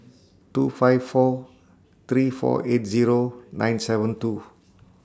two five four three four eight Zero nine seven two